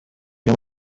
uyu